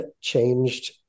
changed